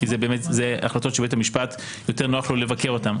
כי זה החלטות שלבית המשפט יותר נוח לבקר אותן.